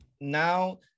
Now